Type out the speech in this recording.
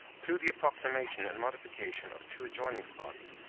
through the approximation and modification of two adjoining spots,